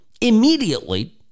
immediately